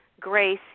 Grace